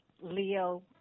Leo